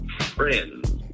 friends